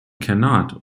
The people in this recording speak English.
cannot